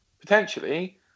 potentially